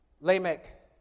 Lamech